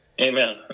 Amen